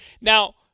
Now